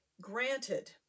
Granted